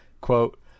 quote